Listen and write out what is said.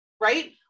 Right